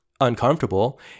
uncomfortable